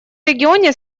регионе